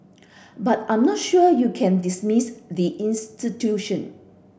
but I'm not sure you can dismiss the institution